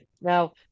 Now